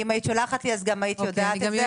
אם היית שולחת לי, היית יודעת.